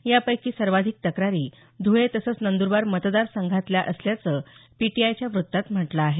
यापैकी सर्वाधिक तक्रारी धुळे तसंच नंदरबार मतदार संघातल्या असल्याचं पीटीआयच्या व्त्तात म्हटलं आहे